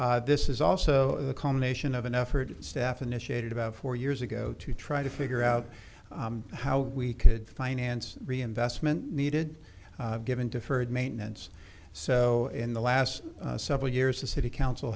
this is also the culmination of an effort steffen initiated about four years ago to try to figure out how we could finance reinvestment needed given deferred maintenance so in the last several years the city council